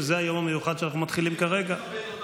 שזה היום המיוחד שאנחנו מתחילים כרגע.